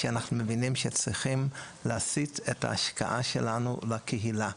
זה כשאנחנו מבינים שצריך להסיט את ההשקעה שלנו אל הקהילה,